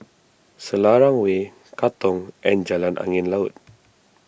Selarang Way Katong and Jalan Angin Laut